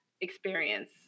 experience